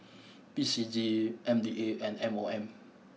P C G M D A and M O M